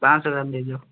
ପାଞ୍ଚଶହ ଗ୍ରାମ୍ ଦେଇଦିଅ